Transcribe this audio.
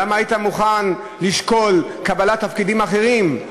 למה היית מוכן לשקול קבלת תפקידים אחרים.